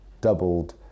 doubled